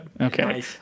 okay